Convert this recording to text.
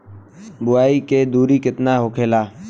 बुआई के दूरी केतना होखेला?